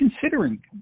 considering